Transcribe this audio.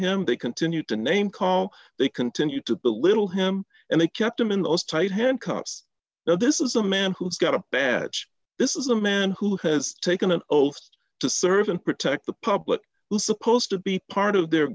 him they continue to name call they continued to belittle him and they kept him in those tight handcuffs now this is a man who's got a badge this is a man who has taken an oath to serve and protect the public who supposed to be part of their